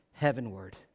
heavenward